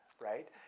right